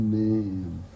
name